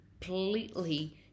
completely